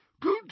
Good